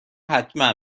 حتما